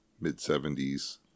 mid-70s